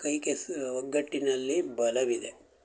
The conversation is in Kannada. ಕೈ ಕೆಸ ಒಗ್ಗಟ್ಟಿನಲ್ಲಿ ಬಲವಿದೆ